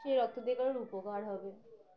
সেই রক্ত দিয়ে কারোর উপকার হবে